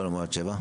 למה לא עד 19:00?